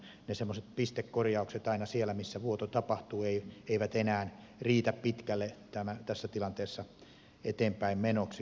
ne semmoiset pistekorjaukset aina siellä missä vuoto tapahtuu eivät enää riitä pitkälle tässä tilanteessa eteenpäin menemiseksi